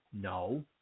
no